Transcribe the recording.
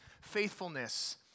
faithfulness